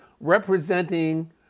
representing